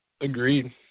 Agreed